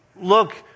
look